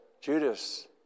Judas